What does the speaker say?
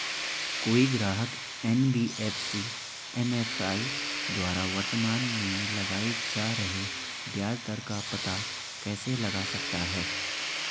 कोई ग्राहक NBFC MFI द्वारा वर्तमान में लगाए जा रहे ब्याज दर का पता कैसे लगा सकता है?